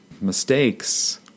mistakes